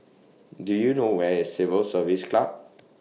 Do YOU know Where IS Civil Service Club